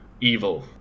evil